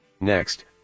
Next